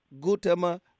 Gautama